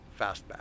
fastback